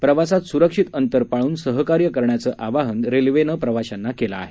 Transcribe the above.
प्रवासात सुरक्षित अंतर पाळून सहकार्य करण्याचं आवाहन रेल्वेने प्रवाशांना केलं आहे